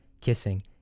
kissing